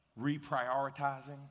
reprioritizing